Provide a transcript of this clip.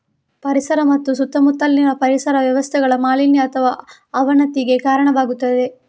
ಪರಿಸರ ಮತ್ತು ಸುತ್ತಮುತ್ತಲಿನ ಪರಿಸರ ವ್ಯವಸ್ಥೆಗಳ ಮಾಲಿನ್ಯ ಅಥವಾ ಅವನತಿಗೆ ಕಾರಣವಾಗುತ್ತದೆ